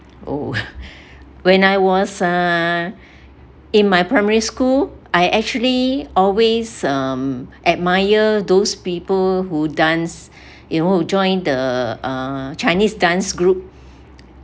oh when I was uh in my primary school I actually always um admire those people who dance you know who join the uh chinese dance group